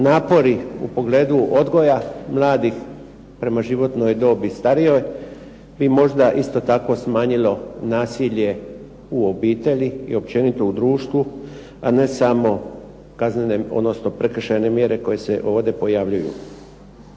napori u pogledu odgoja mladih prema životnoj dobi starijoj bi također možda smanjilo nasilje u obitelji, i općenito u društvu a ne samo odnosno prekršajne mjere koje se ovdje pojavljuju.